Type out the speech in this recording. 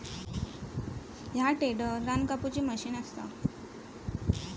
ह्या टेडर रान कापुची मशीन असा